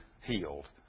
healed